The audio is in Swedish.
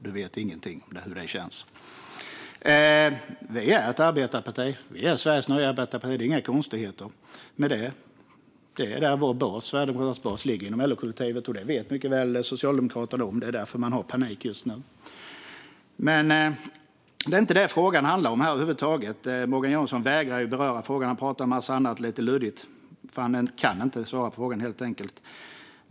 Du vet ingenting om hur det känns. Vi är ett arbetarparti. Vi är Sveriges nya arbetarparti; det är inga konstigheter med det. Det är där Sverigedemokraternas bas ligger - inom LO-kollektivet. Det vet Socialdemokraterna mycket väl, och det är därför de har panik just nu. Men det är inte det frågan här handlar om över huvud taget. Morgan Johansson vägrar att beröra frågan. Han pratar om en massa annat lite luddigt, för han kan helt enkelt inte svara på frågan.